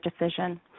decision